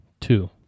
Two